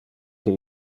que